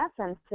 essence